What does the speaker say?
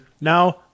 Now